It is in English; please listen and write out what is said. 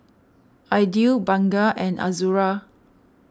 Aidil Bunga and Azura